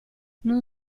non